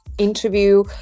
interview